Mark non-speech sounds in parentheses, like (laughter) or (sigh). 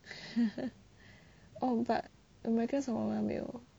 (laughs) oh but america samoa 什么都没有